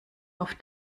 auf